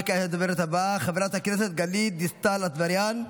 וכעת לדוברת הבאה, חברת הכנסת גלית דיסטל אטבריאן,